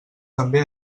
també